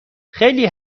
خیلی